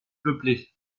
peuplée